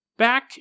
Back